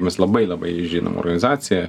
mes labai labai žinoma organizacija